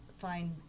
find